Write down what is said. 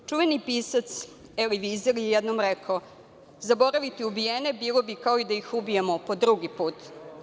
Čuveni pisac Eli Vizer je jednom rekao: „Zaboraviti ubijene bilo bi kao da ih ubijamo po drugi put.